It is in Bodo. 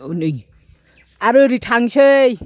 आरो ओरै थांसै